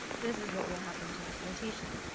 this is what will happen to your citation.